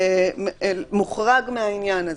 מוחרג מהעניין הזה.